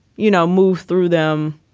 you know, move through them